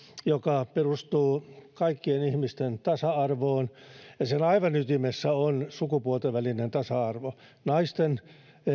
joka perustuu kaikkien ihmisten tasa arvoon ja siellä aivan ytimessä on sukupuolten välinen tasa arvo naisten